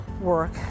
work